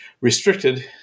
restricted